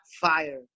fire